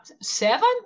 seven